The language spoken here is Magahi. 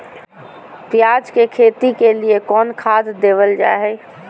प्याज के खेती के लिए कौन खाद देल जा हाय?